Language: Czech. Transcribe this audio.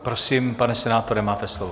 Prosím, pane senátore, máte slovo.